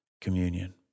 communion